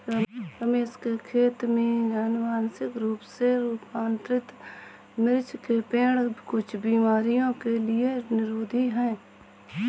रमेश के खेत में अनुवांशिक रूप से रूपांतरित मिर्च के पेड़ कुछ बीमारियों के लिए निरोधी हैं